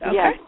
Yes